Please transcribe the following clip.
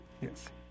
yes